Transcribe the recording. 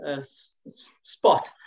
spot